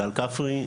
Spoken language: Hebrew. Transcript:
גל כפרי,